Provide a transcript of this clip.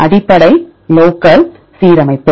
அடிப்படை லோக்கல் சீரமைப்பு